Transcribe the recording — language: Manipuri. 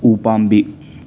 ꯎ ꯄꯥꯝꯕꯤ